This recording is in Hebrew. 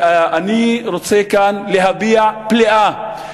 אני רוצה כאן להביע פליאה,